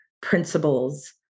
principles